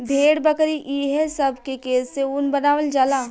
भेड़, बकरी ई हे सब के केश से ऊन बनावल जाला